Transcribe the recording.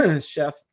chef